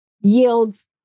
yields